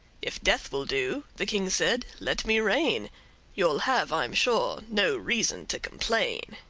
if death will do, the king said, let me reign you'll have, i'm sure, no reason to complain.